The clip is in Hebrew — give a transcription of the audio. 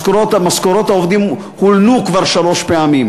משכורות העובדים הולנו כבר שלוש פעמים,